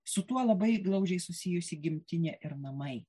su tuo labai glaudžiai susijusi gimtinė ir namai